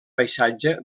paisatge